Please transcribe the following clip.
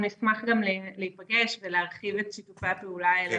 אנחנו נשמח גם להיפגש ולהרחיב את שיתופי הפעולה האלה.